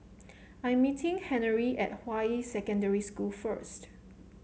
I am meeting Henery at Hua Yi Secondary School first